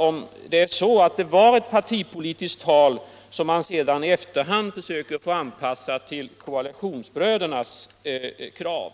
om det var ett partipolitiskt tal som herr Bohman i efterhand försöker få anpassat till koalitionsbrödernas krav.